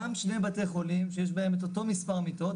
גם שני בתי חולים שיש בהם את אותו מספר מיטות,